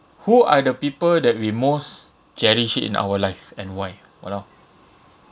who are the people that we most cherish it in our life and why !walao!